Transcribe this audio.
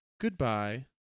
Goodbye